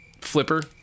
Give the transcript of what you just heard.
flipper